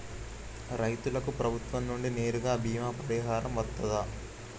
రైతులకు ప్రభుత్వం నుండి నేరుగా బీమా పరిహారం వత్తదా?